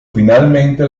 finalmente